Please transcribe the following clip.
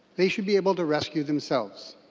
they should be able to rescue themselves.